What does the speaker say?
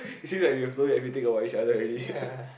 we seem like we have known everything about each other already ppl